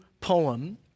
poem